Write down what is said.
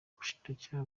ubushinjacyaha